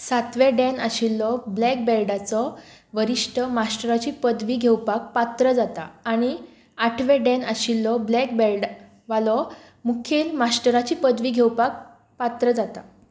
सातवें डॅन आशिल्लो ब्लॅक बॅल्टाचो वरिश्ठ मास्टराची पदवी घेवपाक पात्र जाता आनी आठवें डॅन आशिल्लो ब्लॅक बॅल्टवालो मुखेल मास्टराची पदवी घेवपाक पात्र जाता